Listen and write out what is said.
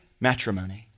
matrimony